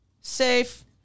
Safe